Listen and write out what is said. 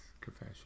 confession